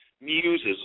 muses